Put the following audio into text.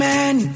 Man